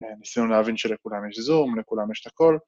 ניסינו להבין שלכולם יש ZOOM, ולכולם יש את הכל.